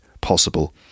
possible